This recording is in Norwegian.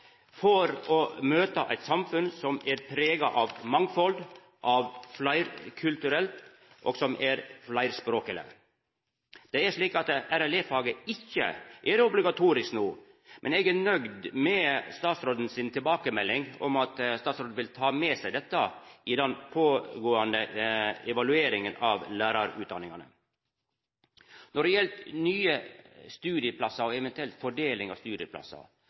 for å møta eit samfunn som er prega av mangfald, som er fleirkulturelt, og som er fleirspråkleg. RLE-faget er ikkje obligatorisk no, men eg er nøgd med statsråden si tilbakemelding om at ho vil ta med seg dette i den pågåande evalueringa av lærarutdanningane. Når det gjeld nye studieplassar og eventuell fordeling av studieplassar,